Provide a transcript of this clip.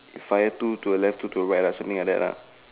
fire two to the left two to the right something like that lah